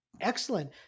excellent